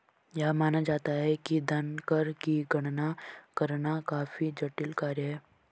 यह माना जाता है कि धन कर की गणना करना काफी जटिल कार्य है